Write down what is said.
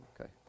Okay